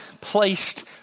placed